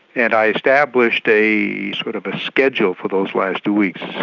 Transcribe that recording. and i established a sort of a schedule for those last two weeks,